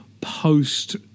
post